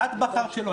את בחרת שלא.